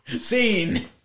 Scene